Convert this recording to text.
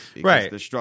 Right